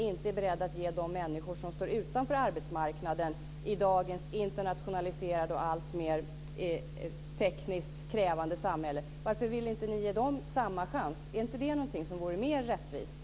Varför vill ni inte ge de människor som står utanför arbetsmarknaden i dagens internationaliserade och alltmer tekniskt krävande samhälle samma chans? Är inte det någonting som vore mer rättvist?